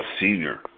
senior